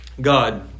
God